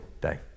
day